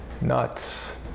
Nuts